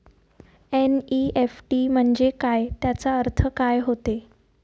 NEFT म्हंजे काय, त्याचा अर्थ काय होते?